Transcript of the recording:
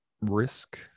risk